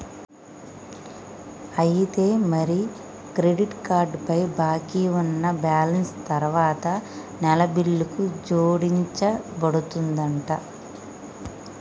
అయితే మరి credit card పై బాకీ ఉన్న బ్యాలెన్స్ తరువాత నెల బిల్లుకు జోడించబడుతుందంట